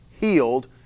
healed